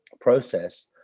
process